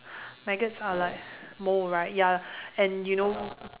maggots are like mold right ya and you know